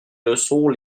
leçons